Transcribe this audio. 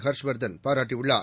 ஹர்ஷ் வர்தன் பாராட்டியுள்ளார்